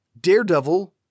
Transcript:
Daredevil